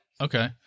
Okay